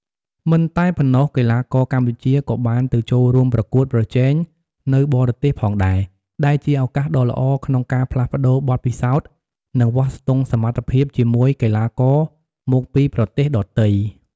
មិនតែប៉ុណ្ណោះ កីឡាករកម្ពុជាក៏បានទៅចូលរួមប្រកួតប្រជែងនៅបរទេសផងដែរ ដែលជាឱកាសដ៏ល្អក្នុងការផ្លាស់ប្ដូរបទពិសោធន៍ និងវាស់ស្ទង់សមត្ថភាពជាមួយកីឡាករមកពីប្រទេសដទៃ។